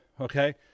Okay